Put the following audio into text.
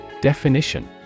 Definition